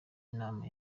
inama